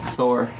Thor